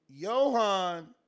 Johan